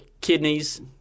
kidneys